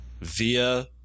via